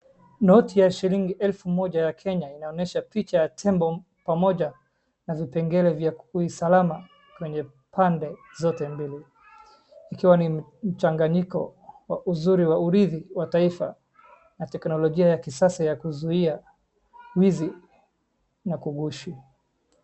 Noti ya shilingi elfu moja ya Kenya inaonyesha picha ya tembo pamoja na vipengele vya usalama kwenye pande zote mbili. Ikiwa ni mchanganyiko wa uzuri wa urithi wa taifa na teknolojia ya kisasa ya kuzuia wizi na kugushi.